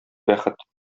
бәхет